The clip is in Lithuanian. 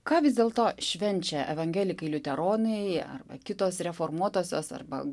ką vis dėl to švenčia evangelikai liuteronai arba kitos reformuotosios arba